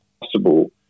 possible